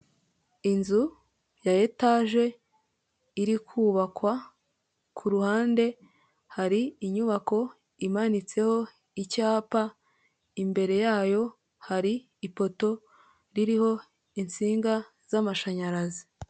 Inzu ya etaje iri kubakwa; ku ruhande hari inyubako imanitseho icyapa; imbere yayo hari ipoto ririho insinga z'amashanyarazi.